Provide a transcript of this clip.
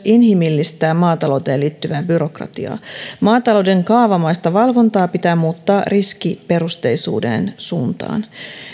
inhimillistää maatalouteen liittyvää byrokratiaa maatalouden kaavamaista valvontaa pitää muuttaa riskiperusteisuuden suuntaan